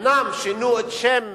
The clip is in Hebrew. אומנם שינו את שם,